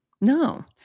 no